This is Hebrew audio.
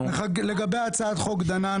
לגבי הצעת החוק דנן,